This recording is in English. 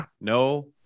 no